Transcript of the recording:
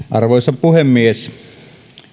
arvoisa puhemies